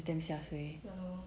it's damm sia suay